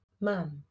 mom